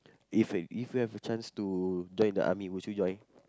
if you if you have the chance to join the army would you join